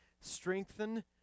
strengthen